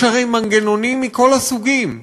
יש הרי מנגנונים מכל הסוגים,